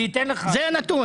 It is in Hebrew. זה הנתון.